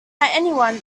anyone